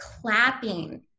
clapping